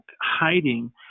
hiding